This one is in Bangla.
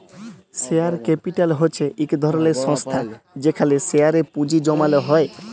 শেয়ার ক্যাপিটাল হছে ইক ধরলের সংস্থা যেখালে শেয়ারে পুঁজি জ্যমালো হ্যয়